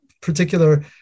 particular